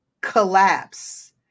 collapse